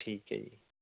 ਠੀਕ ਹੈ ਜੀ